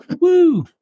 Woo